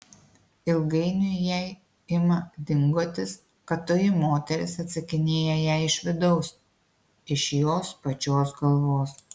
ilgainiui jai ima dingotis kad toji moteris atsakinėja jai iš vidaus iš jos pačios galvos